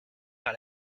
par